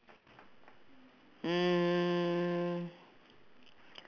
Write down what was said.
mm